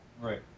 Right